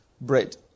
bread